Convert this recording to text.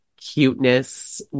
cuteness